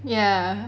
ya